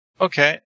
Okay